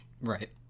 Right